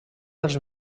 dels